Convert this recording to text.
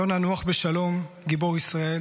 יונה, נוח בשלום, גיבור ישראל.